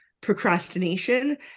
procrastination